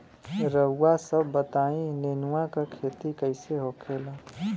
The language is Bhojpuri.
रउआ सभ बताई नेनुआ क खेती कईसे होखेला?